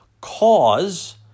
cause